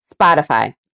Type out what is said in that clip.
spotify